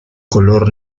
color